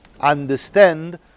understand